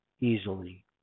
easily